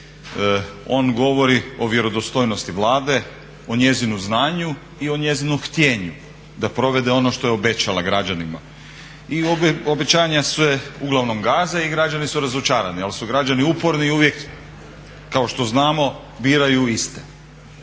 On govori o vjerodostojnosti Vlade, o njezinu znanju i o njezinu htjenju da provede ono što je obećala građanima. I obećanja se uglavnom gaze i građani su razočarani ali su građani uporni i uvijek kao što znamo biraju iste.